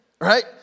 Right